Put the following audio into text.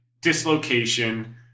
dislocation